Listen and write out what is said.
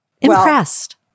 Impressed